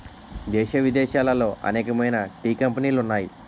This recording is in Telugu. దేశ విదేశాలలో అనేకమైన టీ కంపెనీలు ఉన్నాయి